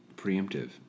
preemptive